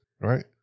Right